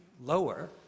lower